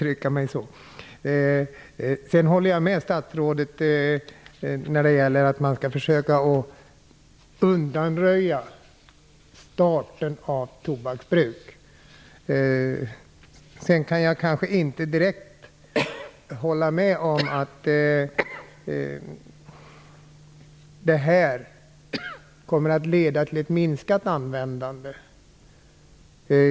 Jag håller med statsrådet om att vi skall försöka hindra att människor börjar använda tobak. Jag kan inte direkt hålla med om att detta kommer att leda till ett minskat användande.